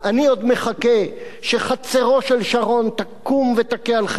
אני עוד מחכה שחצרו של שרון תקום ותכה על חטא,